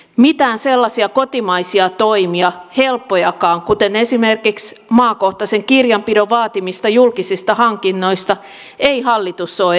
mitään sellaisia kotimaisia toimia helppojakaan kuten esimerkiksi maakohtaisen kirjanpidon vaatimista julkisista hankinnoista ei hallitus ole edistämässä